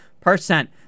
percent